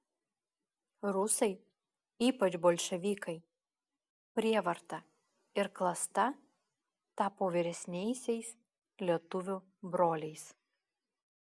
rusai ypač bolševikai prievarta ir klasta tapo vyresniaisiais lietuvių broliais